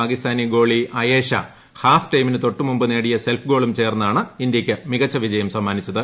പാകിസ്ഥാനി ഗോളി അയേഷ ഹാഫ് ടൈമിന് തൊട്ടു മുമ്പ് നേടിയ സെൽഫ് ഗോളും ചേർന്നാണ് ഇന്ത്യക്ക് മികച്ച വിജയം സമ്മാനിച്ചത്